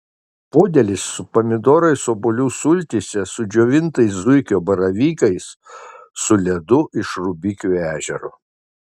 podėlis su pomidorais obuolių sultyse su džiovintais zuikio baravykais su ledu iš rubikių ežero